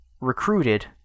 recruited